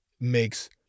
makes